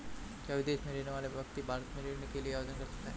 क्या विदेश में रहने वाला व्यक्ति भारत में ऋण के लिए आवेदन कर सकता है?